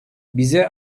bize